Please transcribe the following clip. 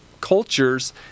cultures